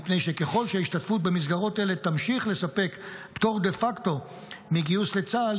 מפני שככל שההשתתפות במסגרות אלה תמשיך לספק פטור דה פקטו מגיוס לצה"ל,